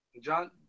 John